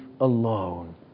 alone